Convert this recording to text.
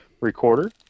recorder